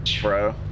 bro